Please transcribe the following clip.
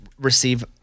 receive